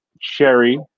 cherry